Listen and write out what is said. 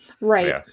Right